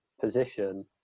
position